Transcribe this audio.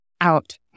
out